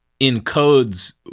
encodes –